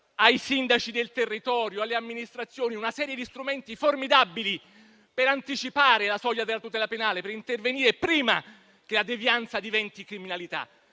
ai sindaci del territorio una serie di strumenti formidabili per anticipare la soglia della tutela penale ed intervenire prima che la devianza diventi criminalità.